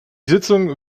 sitzung